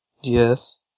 Yes